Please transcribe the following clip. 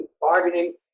bargaining